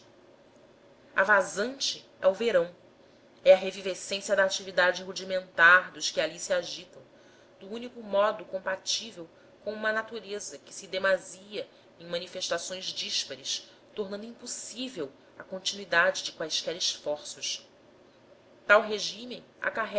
a vazante é o verão é a revivescência da atividade rudimentar dos que ali se agitam do único modo compatível com a natureza que se demasia em manifestações díspares tornando impossível a continuidade de quaisquer esforços tal regime